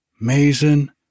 Mason